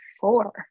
four